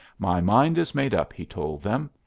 my mind is made up, he told them.